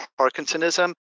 Parkinsonism